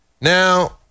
Now